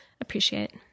appreciate